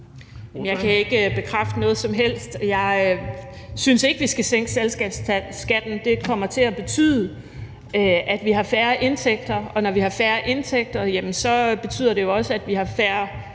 Jeg kan ikke bekræfte noget som helst. Jeg synes ikke, vi skal sænke selskabsskatten. Det kommer til at betyde, at vi har færre indtægter, og når vi har færre indtægter, betyder det jo også, at vi har færre